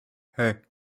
hey